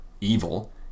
evil